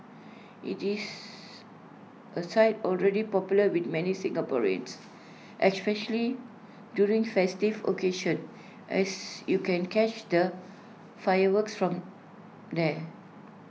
IT is A site already popular with many Singaporeans especially during festive occasions as you can catch the fireworks from there